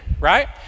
right